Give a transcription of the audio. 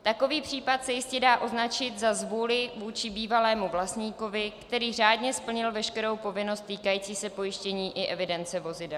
Takový případ se jistě dá označit za zvůli vůči bývalému vlastníkovi, který řádně splnil veškerou povinnost týkající se pojištění i evidence vozidel.